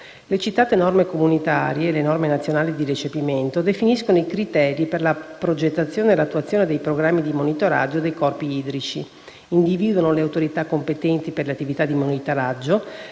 Le citate norme comunitarie, e le norme nazionali di recepimento, definiscono i criteri per la progettazione e l'attuazione dei programmi di monitoraggio dei corpi idrici, individuano le autorità competenti per le attività di monitoraggio,